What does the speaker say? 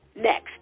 Next